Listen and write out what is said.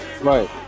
right